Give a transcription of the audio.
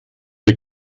der